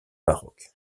maroc